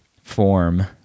form